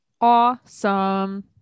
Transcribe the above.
Awesome